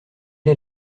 est